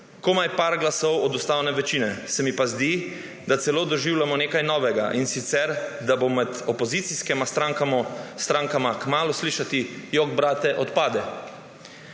Komaj nekaj glasov od ustavne večine. Se mi pa zdi, da celo doživljamo nekaj novega, in sicer da bo med opozicijskima strankama kmalu slišati »jok brate, odpade«.